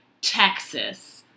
Texas